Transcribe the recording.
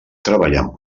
treballant